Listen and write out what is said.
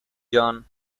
جان